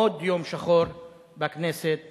עוד יום שחור בכנסת השמונה-עשרה.